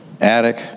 attic